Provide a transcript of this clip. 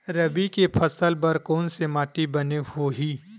रबी के फसल बर कोन से माटी बने होही?